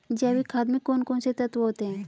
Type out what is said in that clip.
जैविक खाद में कौन कौन से तत्व होते हैं?